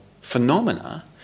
phenomena